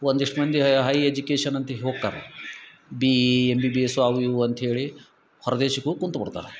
ಒಂದಿಷ್ಟು ಮಂದಿ high high education ಅಂತೇಳಿ ಹೋಕ್ಕಾರ B E M B B S ಅವು ಇವು ಅಂತ ಹೇಳಿ ಹೊರ ದೇಶಕ್ಕೆ ಹೋಗಿ ಕುಂತು ಬಿಡ್ತಾರ